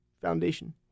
foundation